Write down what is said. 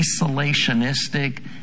isolationistic